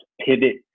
pivot